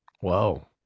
whoa